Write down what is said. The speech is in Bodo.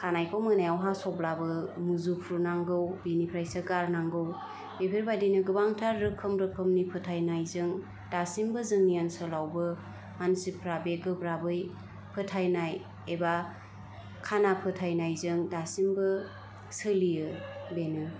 खानाइखौ मोनायाव हास'ब्लाबो मुजुफ्रुनांगौ बिनिफ्रायसो गारनांगौ बेफोरबायदिनो गोबांथार रोखोम रोखोमनि फोथायनायजों दासिमबो जोंनि ओनसोलावबो मानसिफोरा बे गोब्राबै फोथायनाय एबा खाना फोथायनायजों दासिमबो सोलियो बेनो